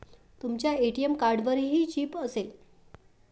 तुमच्या ए.टी.एम कार्डवरही चिप असेल